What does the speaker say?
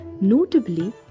Notably